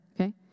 okay